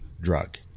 drug